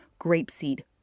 grapeseed